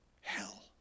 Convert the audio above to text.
hell